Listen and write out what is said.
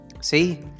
see